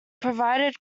provided